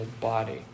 body